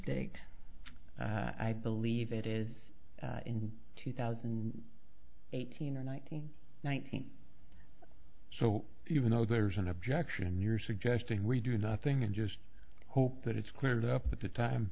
date i believe it is in two thousand and eighteen or nineteen nineteen so even though there's an objection you're suggesting we do nothing and just hope that it's cleared up at the time